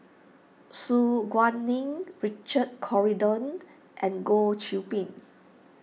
Su Guaning Richard Corridon and Goh Qiu Bin